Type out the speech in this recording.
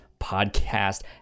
podcast